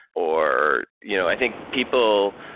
or you know i think people,